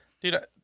Dude